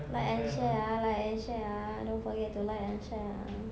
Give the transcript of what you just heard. like and share ah like and share ah don't forget to like and share ah